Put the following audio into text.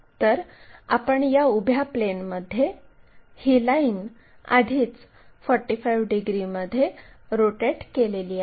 तर आपण उभ्या प्लेनमध्ये ही लाईन आधीच 45 डिग्रीमध्ये रोटेट केलेली आहे